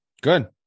Good